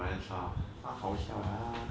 brian 差他好笑 leh 他